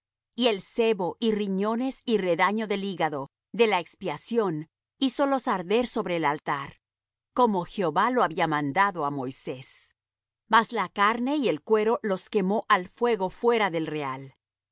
y el sebo y riñones y redaño del hígado de la expiación hízolos arder sobre el altar como jehová lo había mandado á moisés mas la carne y el cuero los quemó al fuego fuera del real